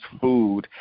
food